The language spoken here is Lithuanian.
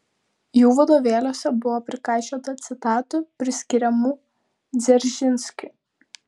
jų vadovėliuose buvo prikaišiota citatų priskiriamų dzeržinskiui